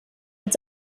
als